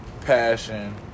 passion